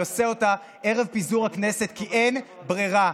אני עושה אותה ערב פיזור הכנסת כי אין ברירה.